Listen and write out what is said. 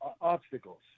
obstacles